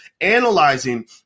analyzing